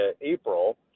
April